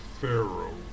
Pharaoh